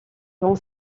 vend